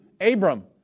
Abram